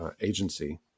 agency